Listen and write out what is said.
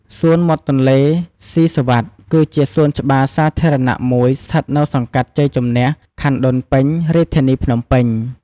សួនមាត់ទន្លេស៊ីសុវត្ថិ គឺជាសួនច្បារសាធារណៈមួយស្ថិតនៅសង្កាត់ជ័យជំនះ ខណ្ឌដូនពេញ រាជធានីភ្នំពេញ។